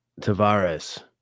tavares